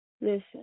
Listen